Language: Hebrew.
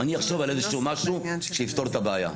אני אחשוב על איזשהו משהו שיפתור את הבעיה.